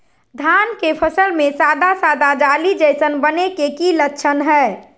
धान के फसल में सादा सादा जाली जईसन बने के कि लक्षण हय?